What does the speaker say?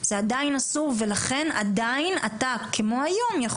זה עדיין אסור ולכן עדיין אתה כמו היום יכול